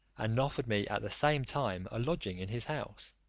and offered me at the same time a lodging in his house,